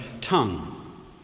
tongue